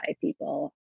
people